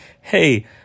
hey